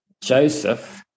Joseph